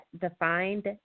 defined